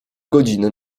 godziny